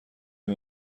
این